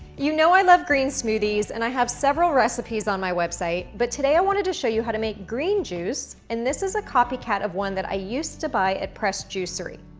you know i love green smoothies and i have several recipes on my website but today i wanted to show you how to make green juice and this is a copycat of one that i used to buy at pressed juicery.